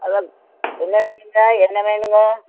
என்ன வேணும்ங்க என்ன வேணும்ங்க